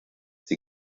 sie